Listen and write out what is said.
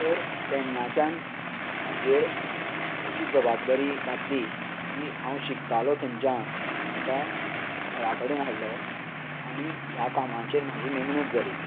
तर तेन्नाच्यान म्हजेर अशीं जबाबदारी घातली की हांव शिकतालो थंयच्यान म्हाका घरा कडेन हाडलो आनी ह्या कामाचेर म्हाजी नेमणूक जाली